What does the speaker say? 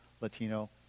Latino